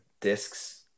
discs